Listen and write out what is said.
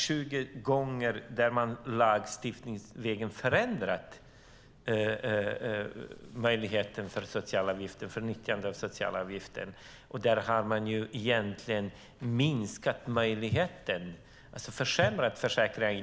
Tjugo gånger har man lagstiftningsvägen förändrat möjligheten till nyttjande av socialavgifter och i de flesta fall egentligen försämrat försäkringarna.